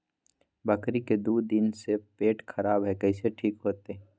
बकरी के दू दिन से पेट खराब है, कैसे ठीक होतैय?